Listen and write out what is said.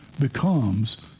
becomes